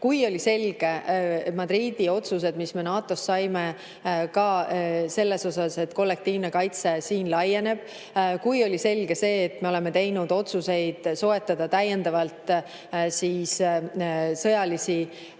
Kui oli selge, et on Madridi otsused, mis me NATO-st saime selle kohta, et kollektiivne kaitse siin laieneb, kui oli selge, et me oleme teinud otsuseid soetada täiendavalt sõjalisi